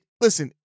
listen